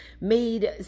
made